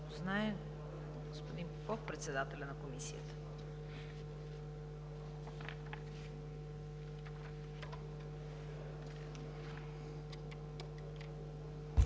запознае господин Попов – председателят на Комисията.